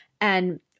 And-